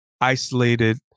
isolated